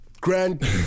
grand